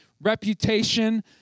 reputation